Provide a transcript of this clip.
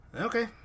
Okay